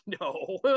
No